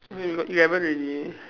okay we got eleven already